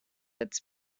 its